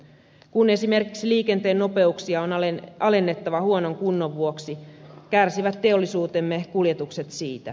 kun esimerkiksi liikenteen nopeuksia on alennettava huonon kunnon vuoksi kärsivät teollisuutemme kuljetukset siitä